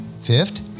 Fifth